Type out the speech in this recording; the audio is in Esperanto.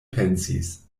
pensis